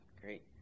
Great